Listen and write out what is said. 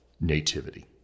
Nativity